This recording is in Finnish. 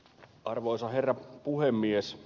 arvoisa herra puhemies